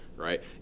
Right